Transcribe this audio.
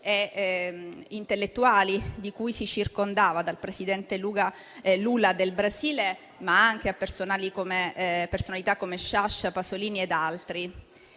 e intellettuali di cui si circondava, dal presidente del Brasile, Lula, a personalità come Sciascia, Pasolini ed altri.